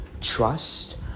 trust